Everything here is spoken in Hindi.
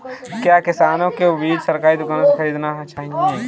क्या किसानों को बीज सरकारी दुकानों से खरीदना चाहिए?